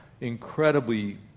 incredibly